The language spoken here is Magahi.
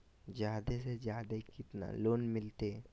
जादे से जादे कितना लोन मिलते?